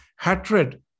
Hatred